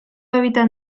hábitat